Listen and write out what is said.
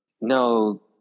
no